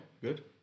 good